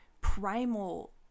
primal